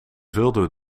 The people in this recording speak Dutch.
vulde